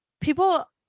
people